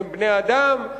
הם בני-אדם,